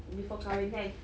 before kahwin kan